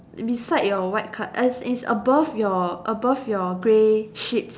beside your white cart as is above your above your grey sheet